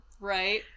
Right